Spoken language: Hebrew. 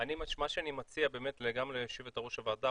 מה שאני מציע באמת גם ליושבת ראש הוועדה,